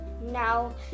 Now